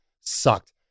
sucked